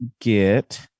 get